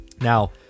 Now